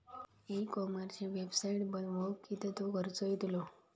E कॉमर्सची website बनवक किततो खर्च येतलो?